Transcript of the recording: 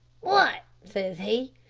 what, says he,